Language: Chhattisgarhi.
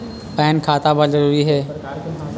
पैन खाता बर जरूरी हे?